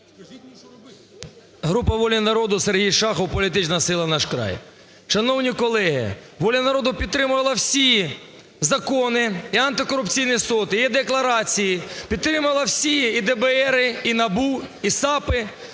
Група "Воля народу", Сергій Шахов, політична сила "Наш край". Шановні колеги, "Воля народу" підтримувала всі закони: і антикорупційний суд, і декларації, підтримували всі ДБРи, і НАБУ, і САПи,